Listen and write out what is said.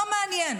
לא מעניין,